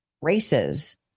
races